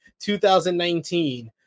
2019